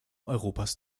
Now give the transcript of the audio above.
europas